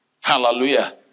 Hallelujah